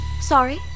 Sorry